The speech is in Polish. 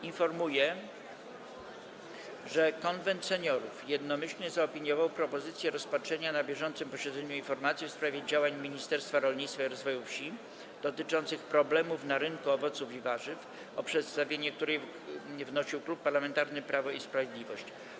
Informuję, że Konwent Seniorów jednomyślnie zaopiniował propozycję rozpatrzenia na bieżącym posiedzeniu informacji w sprawie działań Ministerstwa Rolnictwa i Rozwoju Wsi dotyczących problemów na rynku owoców i warzyw, o której przedstawienie wnosił Klub Parlamentarny Prawo i Sprawiedliwość.